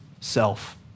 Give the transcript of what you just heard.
self